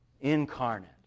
incarnate